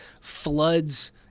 floods